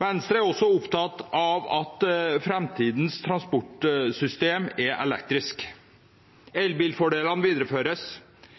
Venstre er også opptatt av at framtidens transportsystem er elektrisk. Elbilfordelene videreføres,